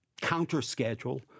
counter-schedule